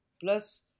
plus